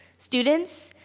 students,